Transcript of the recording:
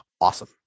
awesome